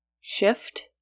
shift